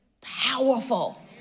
powerful